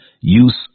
use